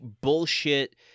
bullshit